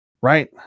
right